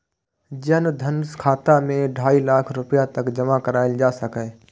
जन धन खाता मे ढाइ लाख रुपैया तक जमा कराएल जा सकैए